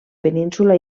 península